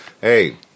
Hey